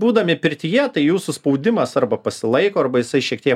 būdami pirtyje tai jūsų spaudimas arba pasilaiko arba jisai šiek tiek